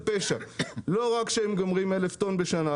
פשע: לא רק שהם גומרים 1,000 טון בשנה,